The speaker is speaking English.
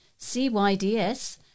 CYDS